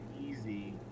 easy